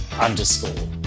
underscore